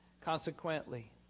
Consequently